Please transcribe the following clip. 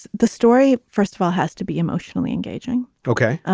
the story, first of all, has to be emotionally engaging. ok.